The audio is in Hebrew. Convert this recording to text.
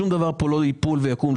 שום דבר פה לא ייפול ויקום,